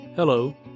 Hello